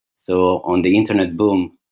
so on the internet boom,